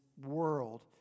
world